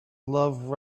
love